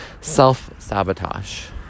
self-sabotage